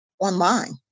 online